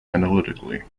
analytically